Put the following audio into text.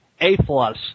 A-plus